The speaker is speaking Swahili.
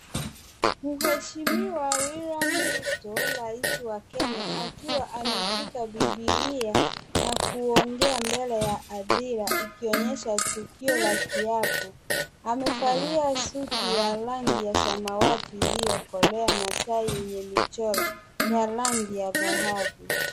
Mheshimiwa William Ruto rais wa Kenya akiwa ameshika bibilia na kuongea mbele ya hadhira, ikionyesha tukio la kiapo. Amevalia suti ya rangi ya samawati iliyokolea na tai yenye michoro ya rangi ya dhahabu.